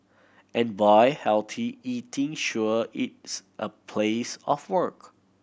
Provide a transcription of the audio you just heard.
and boy healthy eating sure it's a place of work